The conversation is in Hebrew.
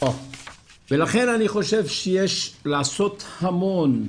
ולכן אני חושב שיש לעשות המון,